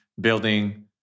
building